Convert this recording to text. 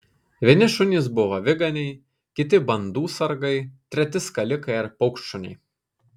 vieni šunys buvo aviganiai kiti bandų sargai treti skalikai ar paukštšuniai